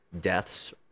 deaths